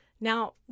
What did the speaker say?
Now